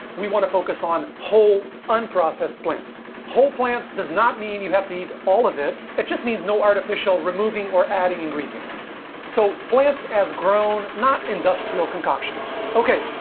we want to focus on whole unprocessed blintz whole plants does not mean you have to eat all of it. it just means no artificial removing or adding ingredients so plants grown not industrial concoctions. okay,